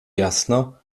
jasno